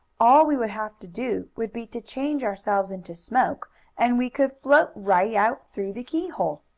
all we would have to do would be to change ourselves into smoke and we could float right out through the keyhole.